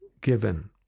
given